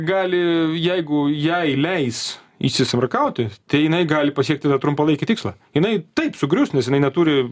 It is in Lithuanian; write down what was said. gali jeigu jai leis įsismarkauti tai jinai gali pasiekti trumpalaikį tikslą jinai taip sugrius nes jinai neturi